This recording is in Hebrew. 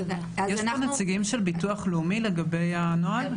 יש פה נציגים של ביטוח לאומי לגבי הנוהל?